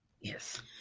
Yes